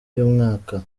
y’umwaka